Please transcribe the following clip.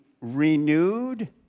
renewed